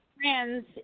friends